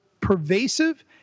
pervasive